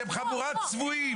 אתם חבורת צבועים.